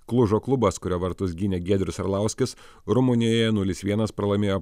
klužo klubas kurio vartus gynė giedrius arlauskis rumunijoje nulis vienas pralaimėjo